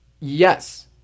yes